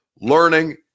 learning